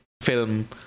film